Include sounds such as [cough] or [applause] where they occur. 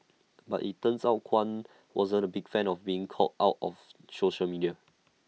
but IT turns out Kwan [noise] wasn't A big fan of being called out of social media